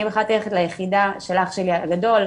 אני בחרתי ללכת ליחידה של אח שלי הגדול,